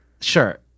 Sure